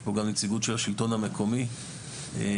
יש פה גם נציגות של השילטון המקומי שאיתנו,